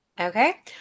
Okay